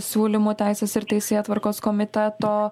siūlymu teisės ir teisėtvarkos komiteto